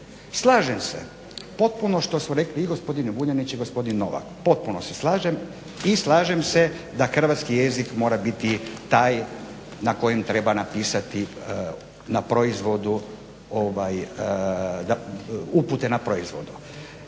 Slažem se potpuno što su rekli i gospodin Vuljanić i gospodin Novak, potpuno se slažem i slažem se da hrvatski jezik mora biti taj na kojem treba napisati upute na proizvodu.